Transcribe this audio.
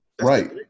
Right